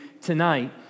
tonight